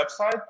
website